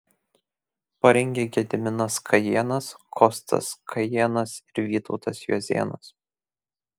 parengė gediminas kajėnas kostas kajėnas ir vytautas juozėnas